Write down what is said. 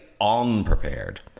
unprepared